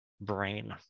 brain